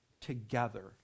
together